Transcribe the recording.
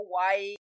Hawaii